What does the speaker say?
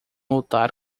lutar